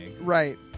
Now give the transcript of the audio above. Right